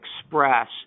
Express